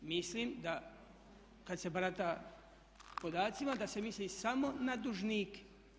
Mislim da kad se barata podacima da se misli samo na dužnike.